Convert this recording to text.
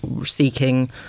seeking